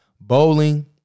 Bowling